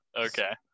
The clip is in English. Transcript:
okay